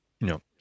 No